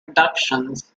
productions